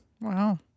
Wow